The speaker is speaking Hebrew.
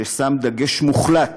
ששם דגש מוחלט